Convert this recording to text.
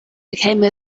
became